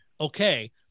Okay